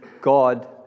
God